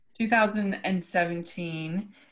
2017